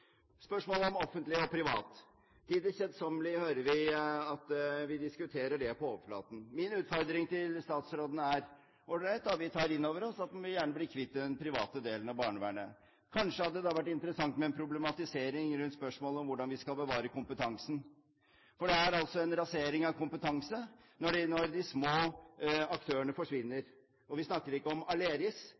spørsmålet om offentlig og privat: Til det kjedsommelige hører vi at vi diskuterer det på overflaten. Min utfordring til statsråden er: All right, vi tar inn over oss at en gjerne vil bli kvitt den private delen av barnevernet. Kanskje det da hadde vært interessant med en problematisering rundt spørsmålet om hvordan vi skal bevare kompetansen – for det er altså en rasering av kompetanse når de små aktørene forsvinner. Vi snakker ikke om Aleris.